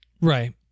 right